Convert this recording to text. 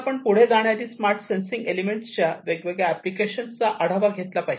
आपण पुढे जाण्याआधी स्मार्ट सेंसिंग एलेमेंट्स च्या वेगवेगळ्या ऍप्लिकेशन चा आढावा घेतला पाहिजे